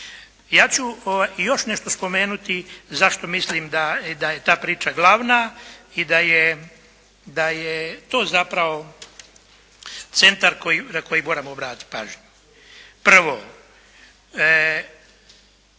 Ja ću još nešto spomenuti zašto mislim da je ta priča glavna i da je to zapravo centar na koji moramo obratiti pažnju. Prvo,